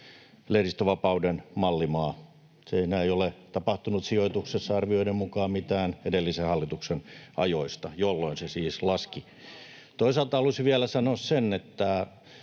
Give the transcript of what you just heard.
lehdistönvapauden mallimaa. Siinä ei enää ole tapahtunut sijoituksessa arvioiden mukaan mitään edellisen hallituksen ajoista, jolloin se siis laski. Toisaalta haluaisin vielä sanoa sen,